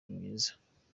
mwiza